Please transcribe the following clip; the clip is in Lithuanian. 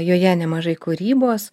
joje nemažai kūrybos